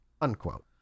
Unquote